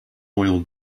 royal